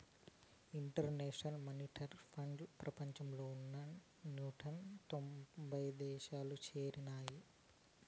international monetary ఫండ్లో ప్రపంచంలో ఉన్న నూట తొంభై దేశాలు చేరినాయి